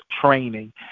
training